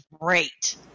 great